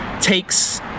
takes